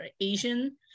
Asian